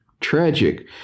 tragic